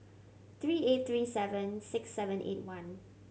three eight three seven six seven eight one